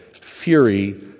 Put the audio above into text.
fury